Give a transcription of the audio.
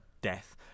death